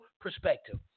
perspective